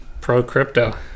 pro-crypto